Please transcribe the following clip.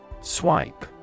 Swipe